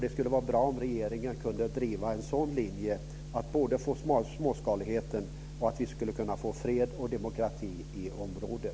Det skulle vara bra om regeringen kunde driva en linje på småskalig basis för fred och demokrati i området.